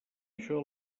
això